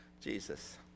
Jesus